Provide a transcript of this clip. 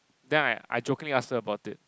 then I I jokingly asked her about it